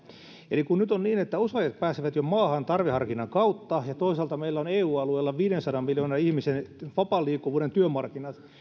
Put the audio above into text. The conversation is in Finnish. eli kun nyt on niin että osaajat pääsevät jo maahan tarveharkinnan kautta ja toisaalta meillä on eu alueella viidensadan miljoonan ihmisen vapaan liikkuvuuden työmarkkinat